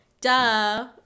Duh